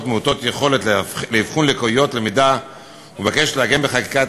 מעוטות יכולות לאבחון לקויות למידה ומבקשת לעגן בחקיקה את